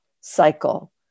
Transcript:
cycle